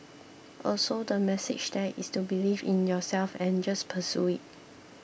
also the message there is to believe in yourself and just pursue it